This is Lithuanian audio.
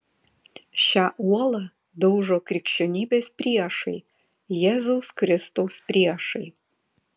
šią uolą daužo krikščionybės priešai jėzaus kristaus priešai